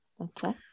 Okay